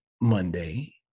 Monday